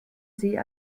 sie